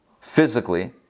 physically